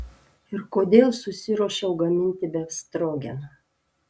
ir kodėl susiruošiau gaminti befstrogeną